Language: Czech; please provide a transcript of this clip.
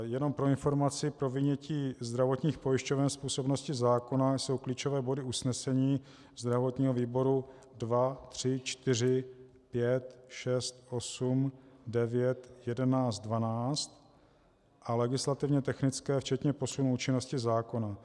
Jenom pro informaci vynětí zdravotních pojišťoven z působnosti zákona jsou klíčové body usnesení zdravotního výboru 2, 3, 4, 5, 6, 8, 9, 11, 12 a legislativně technické včetně posunu účinnosti zákona.